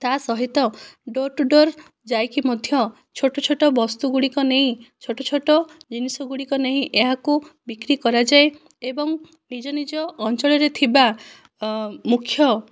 ତା' ସହିତ door to door ଯାଇକି ମଧ୍ୟ ଛୋଟ ଛୋଟ ବସ୍ତୁ ଗୁଡ଼ିକ ନେଇ ଛୋଟ ଛୋଟ ଜିନିଷ ଗୁଡ଼ିକ ନେଇ ଏହାକୁ ବିକ୍ରି କରାଯାଏ ଏବଂ ନିଜ ନିଜ ଅଞ୍ଚଳରେ ଥିବା ମୁଖ୍ୟ